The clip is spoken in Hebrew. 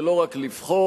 ולא רק לבחור,